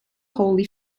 holy